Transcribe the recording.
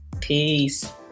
Peace